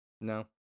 No